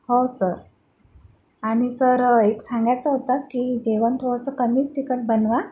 हो सर आणि सर एक सांगायचं होतं की जेवण थोडंसं कमीच तिखट बनवा